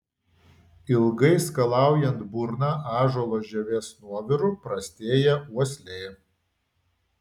ilgai skalaujant burną ąžuolo žievės nuoviru prastėja uoslė